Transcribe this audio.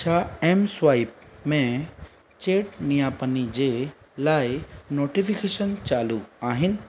छा एमस्वाइप में चैट नियापनि जे लाइ नोटिफिकेशन चालू आहिनि